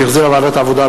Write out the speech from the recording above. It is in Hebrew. שהחזירה ועדת העבודה,